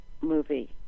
movie